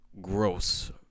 Gross